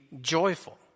joyful